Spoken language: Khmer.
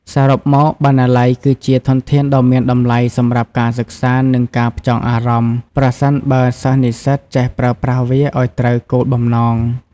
សរុបមក បណ្ណាល័យគឺជា ធនធានដ៏មានតម្លៃ សម្រាប់ការសិក្សា និងការផ្ចង់អារម្មណ៍ ប្រសិនបើសិស្សនិស្សិតចេះប្រើប្រាស់វាឲ្យត្រូវគោលបំណង។